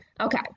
Okay